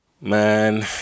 man